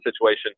situation